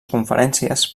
conferències